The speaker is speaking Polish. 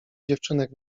dziewczynek